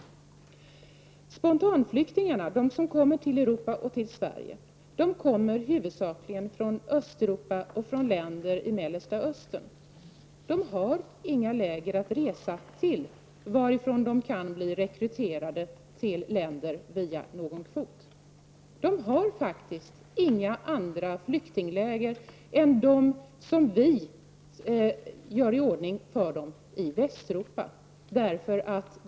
De spontanflyktingar som kommer till Europa och till Sverige kommer huvudsakligen från Östeuropa och från länderna i Mellersta östern. De har inga läger att resa till varifrån de kan bli rekryterade till länder via någon kvot. De har faktiskt inte tillgång till några andra flyktingläger än dem som vi gör i ordning i Västeuropa.